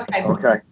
Okay